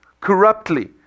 corruptly